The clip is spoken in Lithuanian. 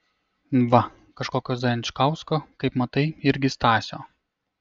va kažkokio zajančkausko kaip matai irgi stasio